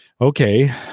okay